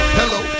hello